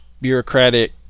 bureaucratic